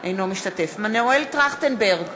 בהצבעה מנואל טרכטנברג,